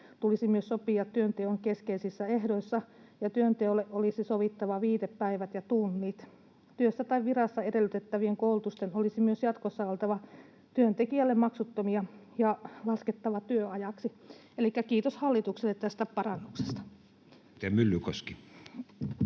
tulisi myös sopia työnteon keskeisissä ehdoissa, ja työnteolle olisi sovittava viitepäivät ja -tunnit. Työssä tai virassa edellytettävien koulutusten olisi myös jatkossa oltava työntekijälle maksuttomia ja laskettava työajaksi. Elikkä kiitos hallitukselle tästä parannuksesta.